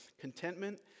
Contentment